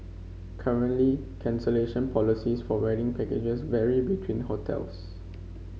currently cancellation policies for wedding packages vary between hotels